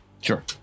sure